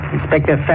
Inspector